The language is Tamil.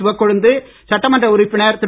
சிவக்கொழுந்து சட்டமன்ற உறுப்பினர் திரு